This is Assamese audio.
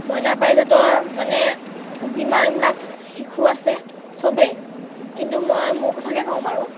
মইনা পাৰিজাতৰ মানে যিমানবিলাক শিশু আছে চবে কিন্তু মই মোৰ কথাকে কওঁ বাৰু